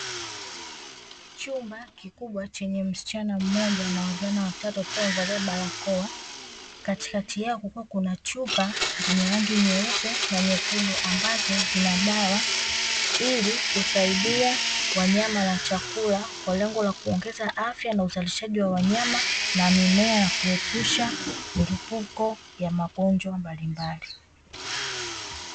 Chumba kikubwa chenye msichana mmoja na wavulana watatu wakiwa wamevalia barakoa, katikati yao kukiwa kuna chupa zenye rangi nyeupe na nyekundu ambazo zina dawa, ili kusaidia wanyama na chakula kwa lengo la kuongeza afya na uzalishaji wa wanyama na mimea, na kuepusha milipuko ya magonjwa mbalimbali.